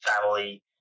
family